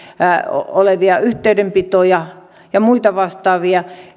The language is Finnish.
olevia yhteydenpitoja ja muita vastaavia